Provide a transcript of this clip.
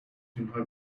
between